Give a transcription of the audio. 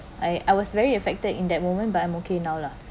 I I was very affected in that moment but I’m okay now lah